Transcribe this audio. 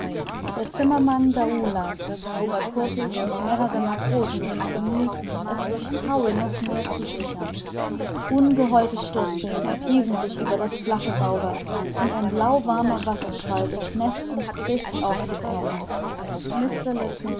der zimmermann daoulas robert kurtis und mehrere matrosen sind bemüht es durch taue noch mehr zu sichern ungeheure sturzseen ergießen sich über das flache bauwerk und ein lauwarmer wasserschwall durchnäßt uns bis auf die knochen